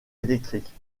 électriques